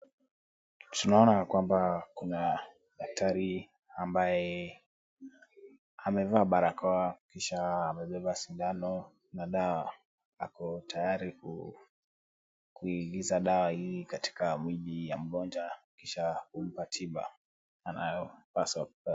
Tunaona ya kwamba kuna daktari ambaye amevaa barakoa kisha amebeba sindano na dawa, ako tayari kuingiza dawa hii katika mwili ya mgonjwa kisha kumpa tiba anayopaswa kupata.